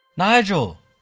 nygel,